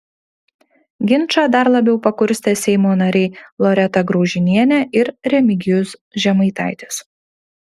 ginčą dar labiau pakurstė seimo nariai loreta graužinienė ir remigijus žemaitaitis